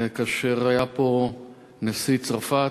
כאשר היה פה נשיא צרפת.